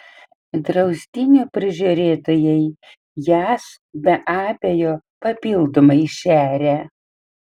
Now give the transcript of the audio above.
draustinio prižiūrėtojai jas be abejo papildomai šerią